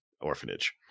orphanage